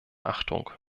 achtung